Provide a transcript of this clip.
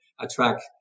attract